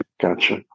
Gotcha